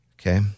Okay